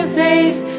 face